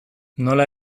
nola